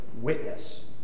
witness